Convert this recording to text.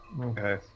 Okay